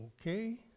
Okay